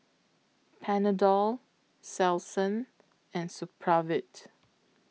Panadol Selsun and Supravit